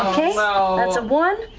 that's a one.